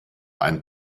einen